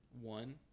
one